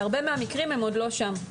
בהרבה מהמקרים הם עוד לא שם.